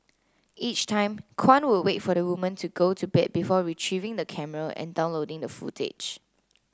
each time Kwan would wait for the woman to go to bed before retrieving the camera and downloading the footage